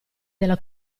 della